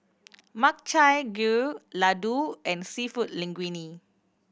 Makchang Gui Ladoo and Seafood Linguine